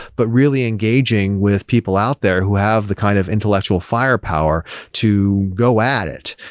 but really engaging with people out there who have the kind of intellectual firepower to go at it.